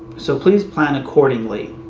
so please plan accordingly.